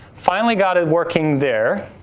finally got it working there.